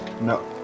No